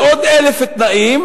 ועוד אלף תנאים,